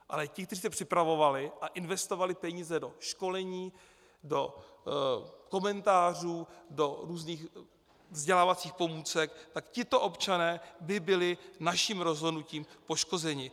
Ale ti, kteří se připravovali a investovali peníze do školení, do komentářů, do různých vzdělávacích pomůcek, tito občané by byli naším rozhodnutím poškozeni.